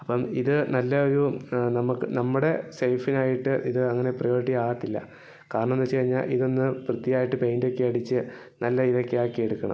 അപ്പം ഇത് നല്ല ഒരു നമുക്ക് നമ്മുടെ സേഫിനായിട്ട് ഇത് അങ്ങനെ പ്രയോരിറ്റി ആകത്തില്ല കാരണം എന്താ വെച്ച് കഴിഞ്ഞാൽ ഇതൊന്ന് വൃത്തിയായിട്ട് പെയിൻറ്റൊക്കെ അടിച്ച് നല്ല ഇതൊക്കെ ആക്കി എടുക്കണം